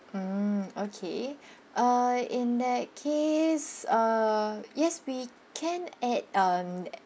mm okay uh in that case uh yes we can add um